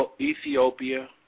Ethiopia